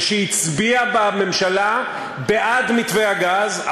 ושהצביע בממשלה בעד מתווה הגז,